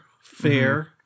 fair